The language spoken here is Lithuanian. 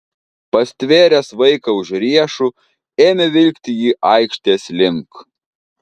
pastvėręs vaiką už riešų ėmė vilkti jį aikštės link